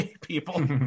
people